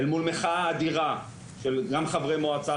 אל מול מחאה אדירה של גם חברי המועצה,